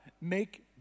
make